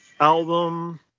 album